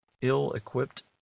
ill-equipped